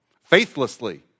Faithlessly